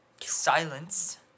Silence